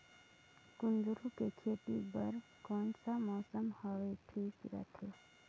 कुंदूरु के खेती बर कौन सा मौसम हवे ठीक रथे?